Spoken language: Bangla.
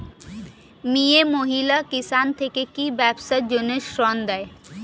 মিয়ে মহিলা কিষান থেকে কি ব্যবসার জন্য ঋন দেয়?